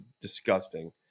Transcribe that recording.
disgusting